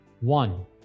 One